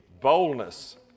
Boldness